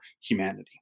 humanity